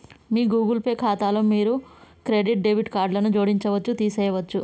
మీ Google Pay ఖాతాలో మీరు మీ క్రెడిట్, డెబిట్ కార్డులను జోడించవచ్చు, తీసివేయచ్చు